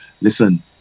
listen